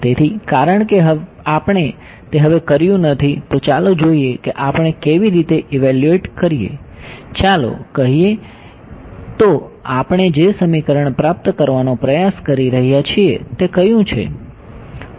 તેથી કારણ કે આપણે તે હવે કર્યું નથી તો ચાલો જોઈએ કે આપણે કેવી રીતે ઇવેલ્યુએટ કરીએ ચાલો કહીએ તો આપણે જે સમીકરણ પ્રાપ્ત કરવાનો પ્રયાસ કરી રહ્યા છીએ તે કયું છે